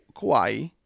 Kauai